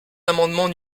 amendement